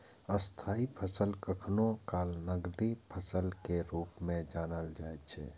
स्थायी फसल कखनो काल नकदी फसल के रूप मे जानल जाइ छै